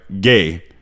Gay